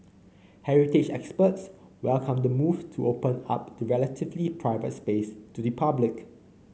heritage experts welcomed the move to open up the relatively private space to the public